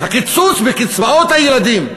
הקיצוץ בקצבאות הילדים,